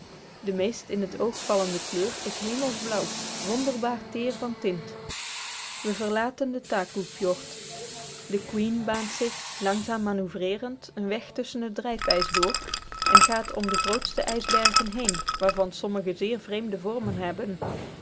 de meest in t oog vallende kleur is hemelsblauw wonderbaar teer van tint we verlaten de takoe fjord the queen baant zich langzaam manoeuvreerend een weg tusschen het drijfijs door en gaat om de grootste ijsbergen heen waarvan sommige zeer vreemde vormen hebben